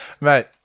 mate